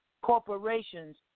Corporations